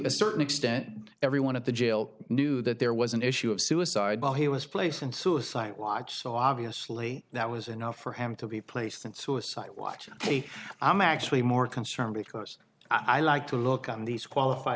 a certain extent everyone at the jail knew that there was an issue of suicide bomb he was placed in suicide watch so obviously that was enough for him to be placed in suicide watch i'm actually more concerned because i like to look on these qualified